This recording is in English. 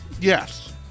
Yes